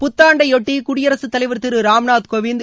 புத்தாண்டையொட்டி குடியரசுத் தலைவர் திரு ராம்நாத் கோவிந்த்